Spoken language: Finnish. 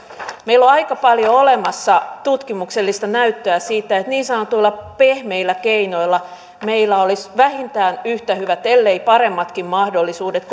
meillä on aika paljon olemassa tutkimuksellista näyttöä siitä että niin sanotuilla pehmeillä keinoilla meillä olisi vähintään yhtä hyvät ellei paremmatkin mahdollisuudet